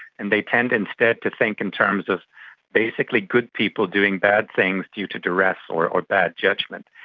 and they tend instead to think in terms of basically good people doing bad things due to duress or or bad judgement,